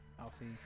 Alfie